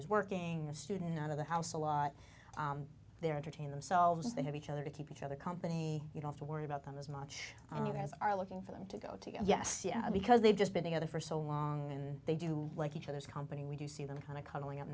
who's working a student out of the house a lot they're entertain themselves they have each other to keep each other company you don't worry about them as much as are looking for them to go to yes because they've just been together for so long and they do like each other's company when you see them kind of cuddling up